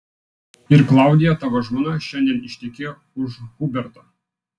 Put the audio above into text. ir klaudija tavo žmona šiandien ištekėjo už huberto